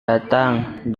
datang